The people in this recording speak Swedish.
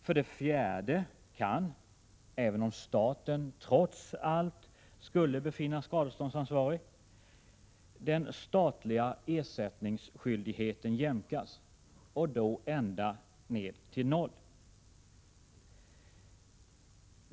För det fjärde kan, om staten trots allt befinns vara skadeståndsansvarig, ersättningsskyldigheten jämkas, och då ända ner till noll.